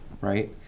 right